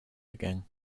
again